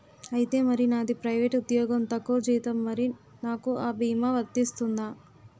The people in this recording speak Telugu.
ఐతే మరి నాది ప్రైవేట్ ఉద్యోగం తక్కువ జీతం మరి నాకు అ భీమా వర్తిస్తుందా?